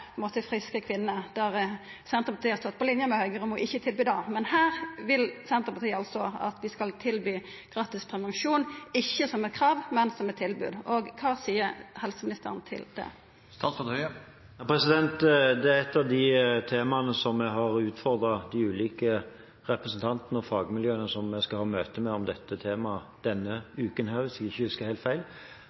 friske – kvinner. Der har Senterpartiet vore på linje med Høgre om ikkje å tilby det. Men her vil Senterpartiet altså at vi skal tilby gratis prevensjon – ikkje som eit krav, men som eit tilbod. Kva seier helseministeren til det? Det er et av de temaene der vi har utfordret de ulike representantene og fagmiljøene, og som vi skal ha møte om denne uken, hvis jeg ikke husker helt feil,